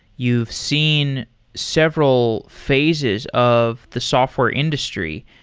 you've seen several phases of the software industry.